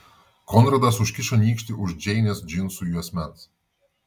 konradas užkišo nykštį už džeinės džinsų juosmens